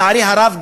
לצערי הרב,